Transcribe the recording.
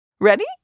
Ready